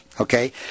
okay